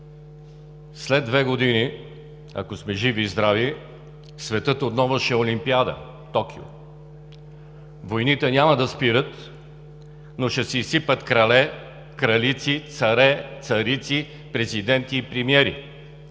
След две години, ако сме живи и здрави, светът отново ще е Олимпиада – в Токио. Войните няма да спират, но ще се изсипят крале, кралици, царе, царици, президенти и премиери,